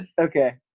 Okay